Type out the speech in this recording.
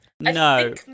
no